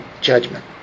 judgment